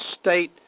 State